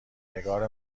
نگار